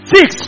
Six